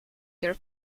their